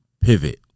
Pivot